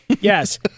Yes